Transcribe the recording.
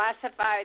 Classified